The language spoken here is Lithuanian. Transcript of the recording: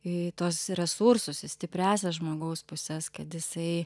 į tuos resursus į stipriąsias žmogaus puses kad jisai